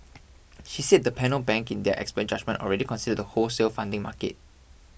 she said the panel bank in their expert judgement already consider the wholesale funding market